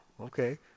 Okay